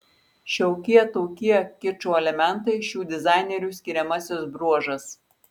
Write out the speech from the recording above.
šiokie tokie kičo elementai šių dizainerių skiriamasis bruožas